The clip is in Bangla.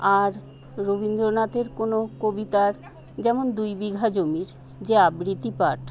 আর রবীন্দ্রনাথের কোনো কবিতার যেমন দুই বিঘা জমির যে আবৃত্তি পাঠ